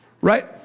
right